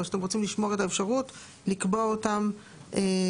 או שאתם רוצים לשמור את האפשרות לקבוע אותם בתקנות?